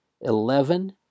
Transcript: eleven